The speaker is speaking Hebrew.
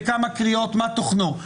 בכמה קריאות ומה תוכנו,